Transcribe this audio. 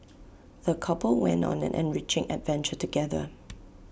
the couple went on an enriching adventure together